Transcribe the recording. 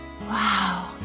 Wow